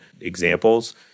examples